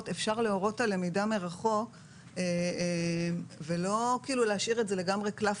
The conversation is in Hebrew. אפשר להורות על למידה מרחוק ולא להשאיר את זה לגמרי קלף